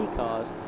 cars